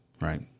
Right